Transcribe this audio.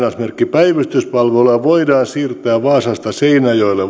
että päivystyspalveluja voidaan siirtää vaasasta seinäjoelle vain jos